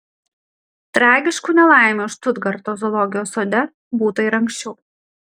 tragiškų nelaimių štutgarto zoologijos sode būta ir anksčiau